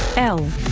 el